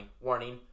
warning